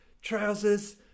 trousers